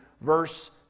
verse